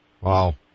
Wow